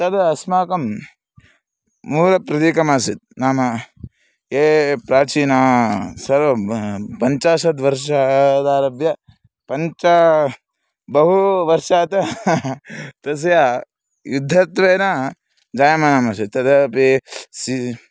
तत् अस्माकं मूलप्रतीकमासीत् नाम ये प्राचीनाः सर्वं पञ्चाशत् वर्षादारभ्य पञ्च बहु वर्षात् तस्य युद्धत्वेन जायमानमासीत् तदापि सी